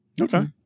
Okay